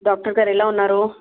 doctor గారు ఎలా ఉన్నారు